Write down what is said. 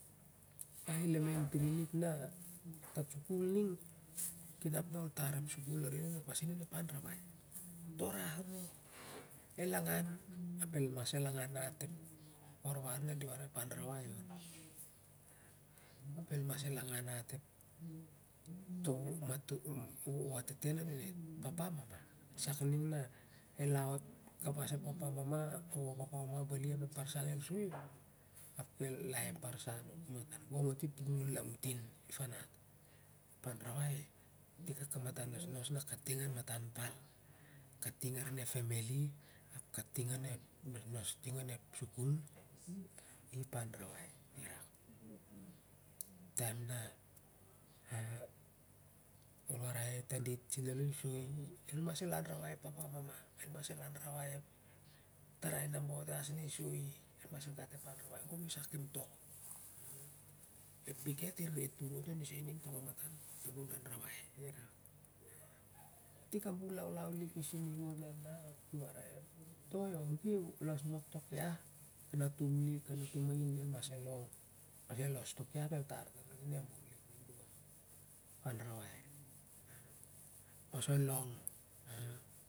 A elementry lik na dat sukul ning ki nap na ol tar ep sukul arin onep pasen onep pan rawai toh rah rop al angan el mas angan iat ep baran na di warai ep an rawai on ap el mas angan hat toh watetem nun ep papa mama, sak ning el aot kabes ep papa mama aoh papa mama bali ap na ap barsan i soi i ap el ki ep barsan, gong ah ti ap puklan lamtin ep fanat ep an rawai i tik a kamatan nosnos na kating an matan pal, kating arin ep family ap kating onep nosnos onep sukul ipanrawai irak. Taem na ol warai sen alo em tadit ep fain el mas anrawai sen alo ep papa mama el mas anrawai ep tarai nabaot as ni soi i el mas gat ep an rawai gong i sakep tok ep biket i rere tur ot oni sah to kamatan ning taban anrawai irak. I tik ah bun laulau lik i sining ot harnah ap ki warai toi, geu los bok tok lah ah natuna lik el mas long ap el los toklah.